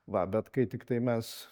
va bet kai tiktai mes